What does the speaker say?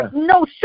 no